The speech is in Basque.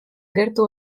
gertu